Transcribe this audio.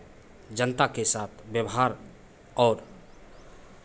जनता के साथ व्यवहार और